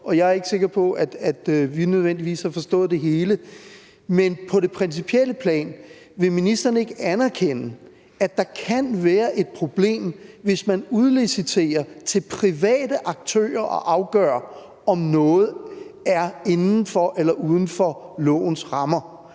og jeg er ikke sikker på, at vi nødvendigvis har forstået det hele – men vil ministeren på det principielle plan ikke anerkende, at der kan være et problem, hvis man udliciterer til private aktører at afgøre, om noget er inden for eller uden for lovens rammer?